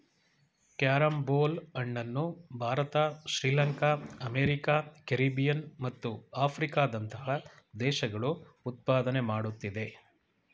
carrom ಬೋಲ್ ಹಣ್ಣನ್ನು Bharat Sri Lanka America Caribbean ಮತ್ತು ಆಫ್ರಿಕಾದಂತಹ ದೇಶಗಳು ಉತ್ಪಾದನೆ ಮಾಡುತ್ತಿದೆ